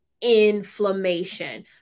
Inflammation